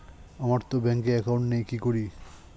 আমারতো ব্যাংকে একাউন্ট নেই কি করি?